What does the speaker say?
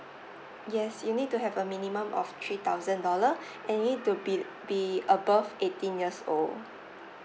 yes you need to have a minimum of three thousand dollar and you need to be be above eighteen years old